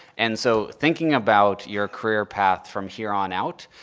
and so thinking about your career path from here on out,